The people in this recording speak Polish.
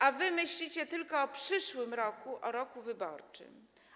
A wy myślicie tylko o przyszłym roku, o roku wyborczym.